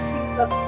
Jesus